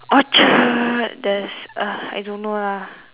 Orchard there's I don't know lah